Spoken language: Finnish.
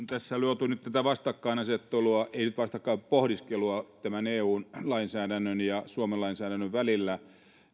tässä on luotu nyt tätä vastakkainasettelua ei nyt vastakkainpohdiskelua eun lainsäädännön ja suomen lainsäädännön välillä